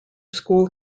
school